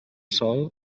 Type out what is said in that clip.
sol